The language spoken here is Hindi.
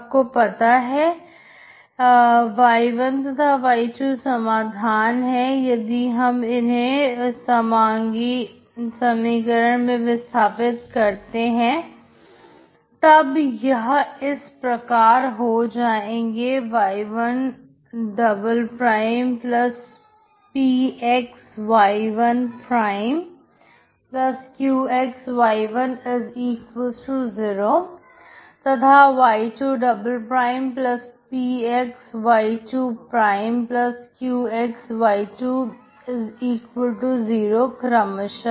आपको पता है y1 तथा y2 समाधान हैं यदि हम इन्हें समांगी समीकरण में विस्थापित करते हैं तब यह इस प्रकार हो जाएंगे y1px y1qxy10 तथा y2px y2qxy20 क्रमशः